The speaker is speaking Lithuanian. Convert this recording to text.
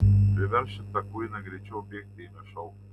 priversk šitą kuiną greičiau bėgti ėmė šaukti